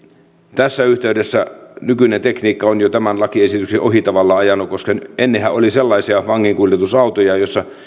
tässä yhteydessä nykyinen tekniikka on jo tämän lakiesityksen ohi tavallaan ajanut koska ennenhän oli sellaisia vanginkuljetusautoja